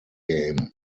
game